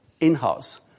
in-house